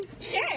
Sure